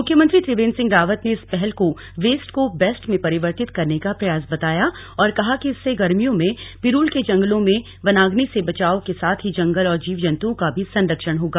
मुख्यमंत्री त्रिवेंद्र रावत ने इस पहल को वेस्ट को बेस्ट में परिवर्तित करने का प्रयास बताया और कहा कि इससे गर्मियों में पिरूल के जंगलों में वनाग्नि से बचाव के साथ ही जंगल और जीव जन्तुओं का भी संरक्षण होगा